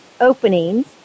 openings